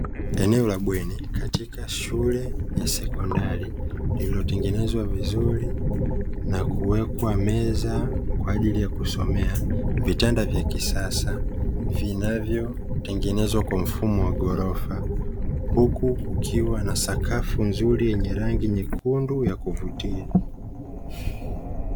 Eneo la bweni katika shule ya sekondari lililotengenezwa vizuri na kuwekwa meza kwa ajili ya kusomea, vitanda vya kisasa vinavyotengenezwa kwa mfumo wa ghorofa, huku kukiwa na sakafu nzuri yenye rangi nyekundu ya kuvutia.